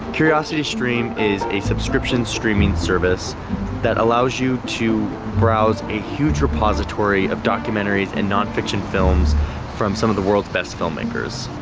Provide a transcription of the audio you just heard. curiositystream is a subscription streaming service that allows you to browse a huge repository of documentaries and nonfiction films from some of the world's best filmmakers.